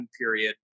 period